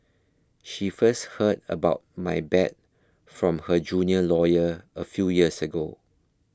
she first heard about my bad from her junior lawyer a few years ago